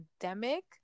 pandemic